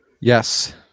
Yes